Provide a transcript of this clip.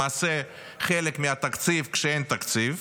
למעשה חלק מהתקציב כשאין תקציב,